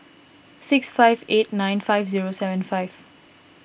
six five eight nine five zero seven five